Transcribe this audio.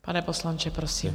Pane poslanče, prosím.